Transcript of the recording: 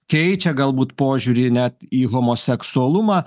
keičia galbūt požiūrį net į homoseksualumą